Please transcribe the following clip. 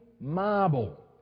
marble